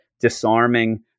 disarming